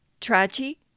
Tragedy